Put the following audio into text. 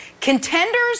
Contenders